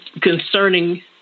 concerning